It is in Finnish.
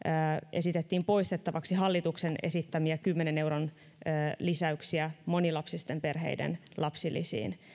esitettiin poistettavaksi hallituksen esittämiä kymmenen euron lisäyksiä monilapsisten perheiden lapsilisiin